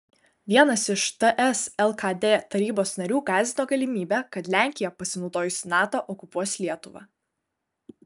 vienas iš ts lkd tarybos narių gąsdino galimybe kad lenkija pasinaudojusi nato okupuos lietuvą